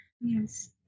yes